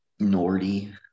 nordy